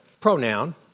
pronoun